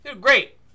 great